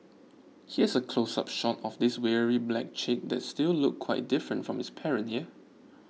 here's a close up shot of this weary black chick that still looked quite different from its parent yeah